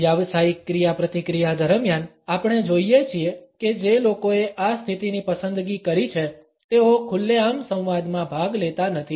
વ્યાવસાયિક ક્રિયાપ્રતિક્રિયા દરમિયાન આપણે જોઇએ છીએ કે જે લોકોએ આ સ્થિતિની પસંદગી કરી છે તેઓ ખુલ્લેઆમ સંવાદમાં ભાગ લેતા નથી